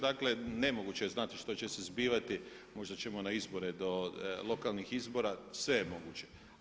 Dakle nemoguće je znati što će se zbivati, možda ćemo na izbore do lokalnih izbora, sve je moguće.